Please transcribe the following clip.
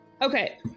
Okay